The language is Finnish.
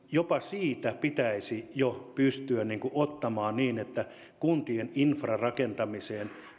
jopa siitä pitäisi jo pystyä ottamaan niin että kuntien infrarakentamiseen